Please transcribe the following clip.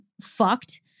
fucked